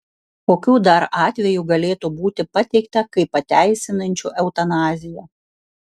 kokių dar atvejų galėtų būti pateikta kaip pateisinančių eutanaziją